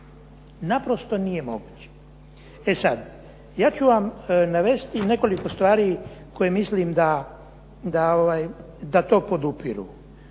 naprosto nije moguće. E sad, ja ću vam navesti nekoliko stvari koje mislim da to podupiru.